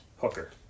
Hooker